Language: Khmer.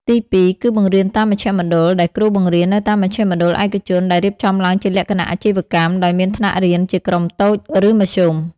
ទីពីរ គឺបង្រៀនតាមមជ្ឈមណ្ឌល ដែលគ្រូបង្រៀននៅតាមមជ្ឈមណ្ឌលឯកជនដែលរៀបចំឡើងជាលក្ខណៈអាជីវកម្ម ដោយមានថ្នាក់រៀនជាក្រុមតូច ឬមធ្យម។